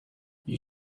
you